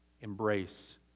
embrace